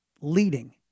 leading